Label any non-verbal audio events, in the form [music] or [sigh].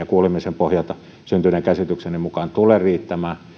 [unintelligible] kuulemisen pohjalta syntyneen käsitykseni mukaan tule riittämään